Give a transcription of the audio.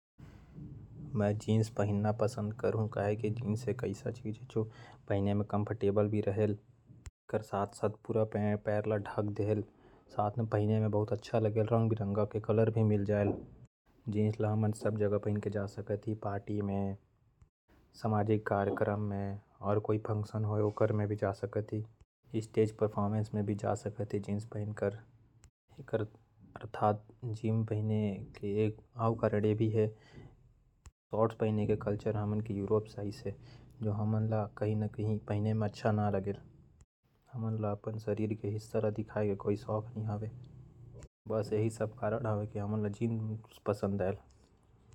मैं जींस पहनना ज्यादा पसन्द करहूं। ये रंग बिरंगा मिल जायल पैर भी धक जायल। और सब जगह पहन के जा सकत ही। शर्ट्स के कल्चर से अच्छा है जींस पहनना।